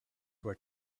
were